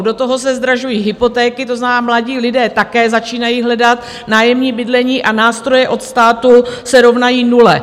Do toho se zdražují hypotéky, to znamená, mladí lidé také začínají hledat nájemní bydlení a nástroje od státu se rovnají nule.